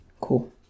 Cool